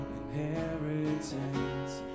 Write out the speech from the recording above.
inheritance